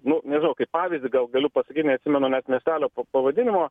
nu nežinau kaip pavyzdį gal galiu pasakyt neatsimenu net miestelio pavadinimo